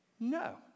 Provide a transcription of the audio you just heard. No